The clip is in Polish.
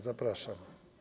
Zapraszam.